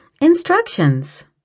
Instructions